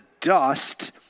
dust